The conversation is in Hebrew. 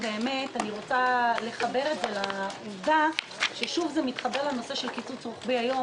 אני רוצה לחבר את זה לעובדה ששוב זה מתחבר לקיצוץ הרוחבי היום.